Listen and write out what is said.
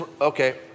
okay